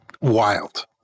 wild